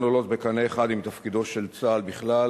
עולות בקנה אחד עם תפקידו של צה"ל בכלל